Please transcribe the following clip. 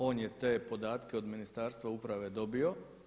On je te podatke od Ministarstva uprave dobio.